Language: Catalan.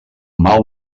mal